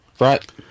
Right